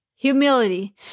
humility